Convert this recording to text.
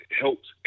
helps